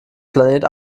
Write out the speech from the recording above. planet